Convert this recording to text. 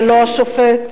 ולא השופט?